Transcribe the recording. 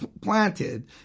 planted